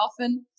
often